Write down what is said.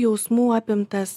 jausmų apimtas